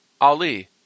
Ali